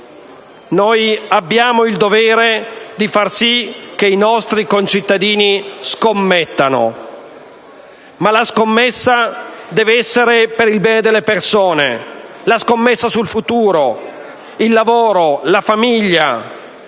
abbiamo il dovere di far sì che i nostri concittadini scommettano, ma la scommessa deve essere per il bene delle persone, sul futuro, per il lavoro, la famiglia,